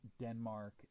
Denmark